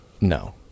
No